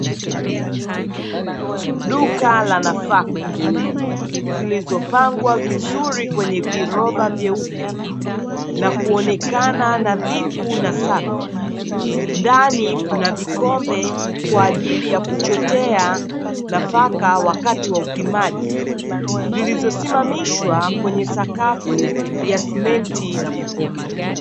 Duka la nafaka zilizopangwa vizuri kwenye viroba vyeupe, na kuonekana nadhifu na safi. Ndani kuna vikombe kwa ajili ya kuchotea nafaka wakati wa upimaji, zilizosimamishwa kwenye sakafu ya simenti na kokoto.